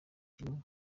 kirimo